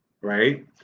Right